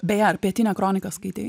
beje ar pietinę kroniką skaitei